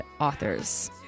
authors